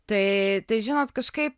tai tai žinot kažkaip